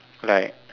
like